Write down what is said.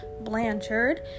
Blanchard